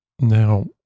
Now